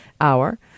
hour